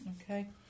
Okay